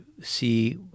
see